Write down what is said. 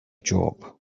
job